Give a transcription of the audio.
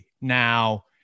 Now